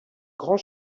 grand